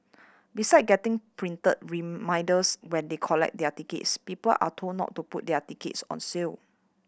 beside getting printed reminders when they collect their tickets people are told not to put their tickets on sale